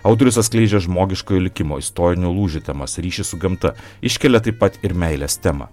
autorius atskleidžia žmogiškojo likimo istorinio lūžio temas ryšį su gamta iškelia taip pat ir meilės temą